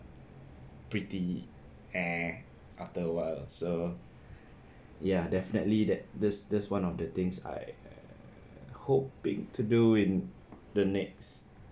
pretty eh after awhile so ya ya definitely that that's that's one of the things I hoping to do in the next